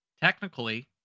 Technically